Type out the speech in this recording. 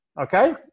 Okay